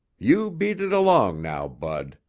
you beat it along now, bud.